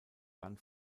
dann